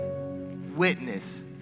Witness